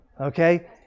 Okay